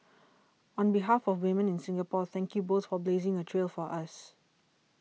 on behalf of women in Singapore thank you both for blazing a trail for us